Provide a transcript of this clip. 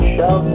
Show